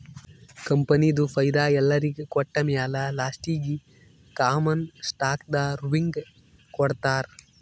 ಕಂಪನಿದು ಫೈದಾ ಎಲ್ಲೊರಿಗ್ ಕೊಟ್ಟಮ್ಯಾಲ ಲಾಸ್ಟೀಗಿ ಕಾಮನ್ ಸ್ಟಾಕ್ದವ್ರಿಗ್ ಕೊಡ್ತಾರ್